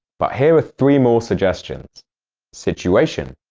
but here are three more suggestions situation,